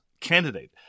candidate